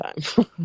time